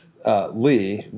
Lee